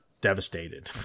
devastated